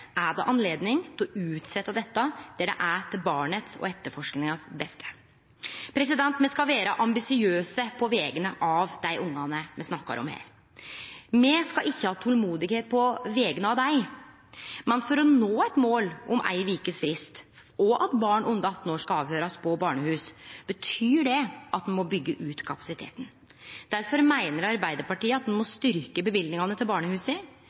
er det høve til å utsetje dette der det er til det beste for barnet og etterforskinga. Me skal vere ambisiøse på vegner av dei ungane me snakkar om her. Me skal ikkje ha tolmod på vegner av dei, men for å nå eit mål om ei vekes frist og at barn under 18 år skal avhøyrast på barnehus, betyr det at ein må byggje ut kapasiteten. Difor meiner Arbeidarpartiet at ein må auke løyvingane til